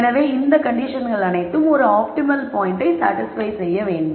எனவே இந்த கண்டிஷன்கள் அனைத்தும் ஒரு ஆப்டிமம் பாயின்ட்டை சாடிஸ்பய் செய்ய வேண்டும்